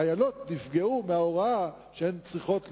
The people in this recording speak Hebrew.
חיילות נפגעו מההוראה שהן צריכות להיות,